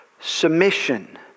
Submission